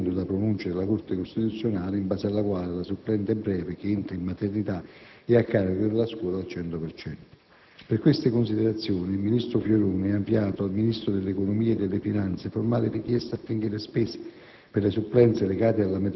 Bisogna poi tenere anche conto della pronuncia della Corte costituzionale in base alla quale la «supplente breve» che entra in maternità è a carico della scuola al 100 per cento. Per queste considerazioni, il ministro Fioroni ha inviato al Ministro dell'economia e delle finanze formale richiesta affinché le spese